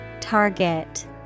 Target